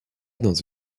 dans